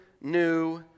new